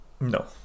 No